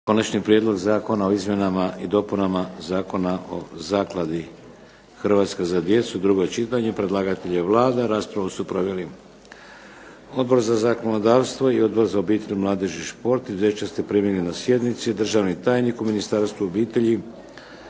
Konačni prijedlog Zakona o izmjenama i dopunama Zakona o zakladi "Hrvatska za djecu", drugo čitanje, P.Z. br. 622 Predlagatelj je Vlada. Raspravu su proveli Odbor za zakonodavstvo i Odbor za obitelj, mladež i šport. Izvješća ste primili na sjednici. Državni tajnik u Ministarstvu obitelji,